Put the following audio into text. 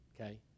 okay